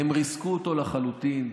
הם ריסקו אותה לחלוטין.